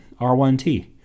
R1T